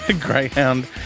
Greyhound